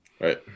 Right